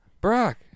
Brock